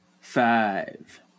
Five